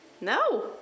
No